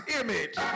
image